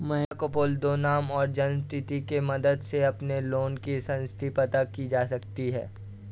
महेश को बोल दो नाम और जन्म तिथि की मदद से भी अपने लोन की स्थति पता की जा सकती है